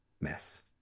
mess